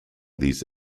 these